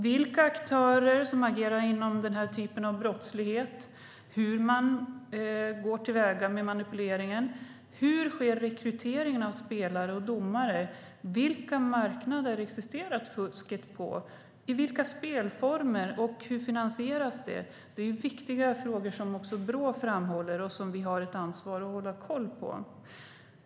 Vilka aktörer är det som agerar inom denna typ av brottslighet? Hur går man till väga med manipuleringen? Hur sker rekryteringen av spelare och domare, och vilka marknader existerar fusket på? I vilka spelformer, och hur finansieras det? Detta är viktiga frågor som också Brå framhåller och som vi har ett ansvar att hålla koll på.